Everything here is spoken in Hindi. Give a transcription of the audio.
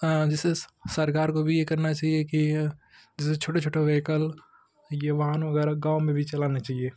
तो जैसे सरकार को भी यह करना चाहिए कि जैसे छोटे छोटे व्हिकल ये वाहन वग़ैरह गाँव में भी चलाना चाहिए